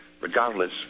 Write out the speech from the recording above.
regardless